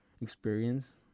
experience